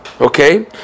Okay